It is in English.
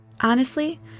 Honestly